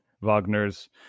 Wagner's